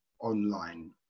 online